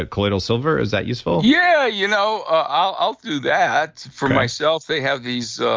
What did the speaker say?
ah colloidal silver, is that useful? yeah, you know, i'll i'll do that for myself. they have these